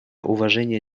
уважения